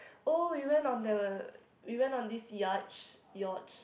oh we went on the we went on this yacht yacht